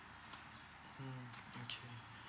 mm okay